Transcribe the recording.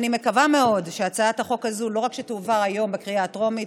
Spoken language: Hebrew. אני מקווה מאוד שהצעת החוק הזאת לא רק שתעבור היום בקריאה הטרומית,